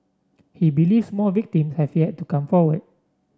he believes more victims have yet to come forward